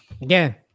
again